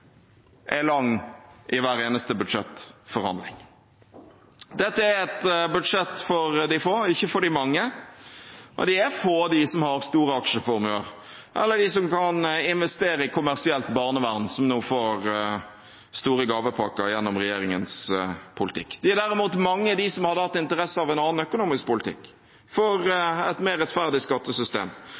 er lang i hver eneste budsjettforhandling. Dette er et budsjett for de få, ikke for de mange. De er få, de som har store aksjeformuer, eller de som kan investere i kommersielt barnevern, som nå får store gavepakker gjennom regjeringens politikk. De er derimot mange, de som hadde hatt interesse av en annen økonomisk politikk, for et mer rettferdig skattesystem,